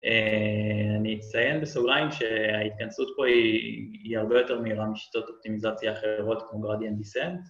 אני אציין בסוגריים שההתכנסות פה היא הרבה יותר מהירה משיטות אופטימיזציה אחרות כמו גרדיאנט דיסנט